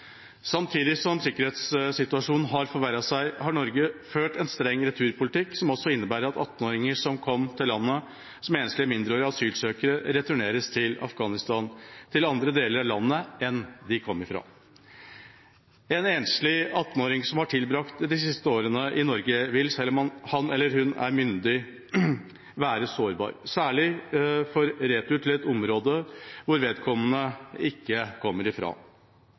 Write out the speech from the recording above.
Samtidig som sikkerhetssituasjonen har forverret seg, har Norge ført en streng returpolitikk som også innebærer at 18-åringer som kom til landet som enslige mindreårige asylsøkere, returneres til Afghanistan – til andre deler av landet enn de kom fra. En enslig 18-åring som har tilbrakt de siste årene i Norge, vil – selv om han eller hun er myndig – være sårbar, særlig for retur til et område hvor vedkommende ikke kommer